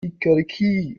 kikeriki